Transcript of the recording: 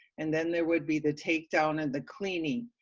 and then there would be the takedown and the cleaning.